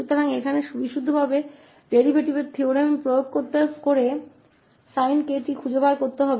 तो यहाँ विशुद्ध रूप से डेरीवेटिव प्रमेय का उपयोग sin 𝑘𝑡 का पता लगाने के लिए किया जाएगा